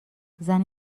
زنی